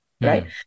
right